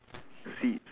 seeds